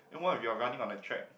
then what if you're running on the track